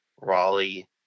raleigh